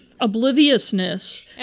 obliviousness